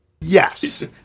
Yes